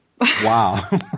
Wow